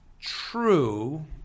true